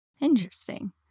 Interesting